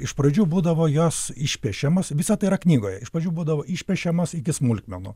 iš pradžių būdavo jos išpiešiamos visa tai yra knygoje iš pradžių būdavo išpiešiamos iki smulkmenų